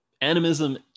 Animism